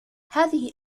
هذه